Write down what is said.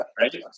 Right